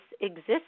exists